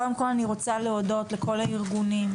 קודם כל אני רוצה להודות לכל הארגונים,